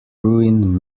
ruin